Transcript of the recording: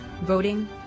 voting